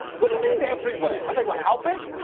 what do you mean everywhere? and they were how big?